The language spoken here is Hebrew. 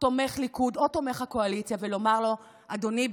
תומך ליכוד או תומך הקואליציה ולומר לו: אדוני,